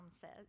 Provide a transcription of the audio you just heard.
says